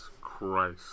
Christ